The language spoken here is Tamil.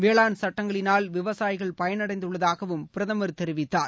வேளாண் சட்டங்களினால் விவசாயிகள் பயனடைந்துள்ளதாகவும் பிரதமர் தெரிவித்தார்